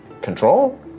control